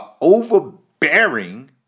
overbearing